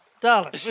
darling